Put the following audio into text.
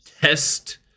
test